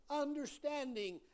understanding